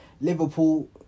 Liverpool